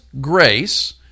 grace